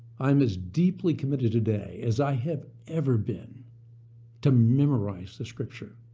i'm as deeply committed today as i have ever been to memorize the scripture.